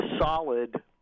solid